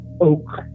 oak